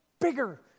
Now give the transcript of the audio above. bigger